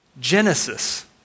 Genesis